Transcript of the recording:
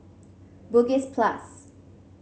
Bugis Plus